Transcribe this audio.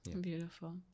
Beautiful